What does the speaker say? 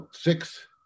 six